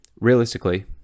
Realistically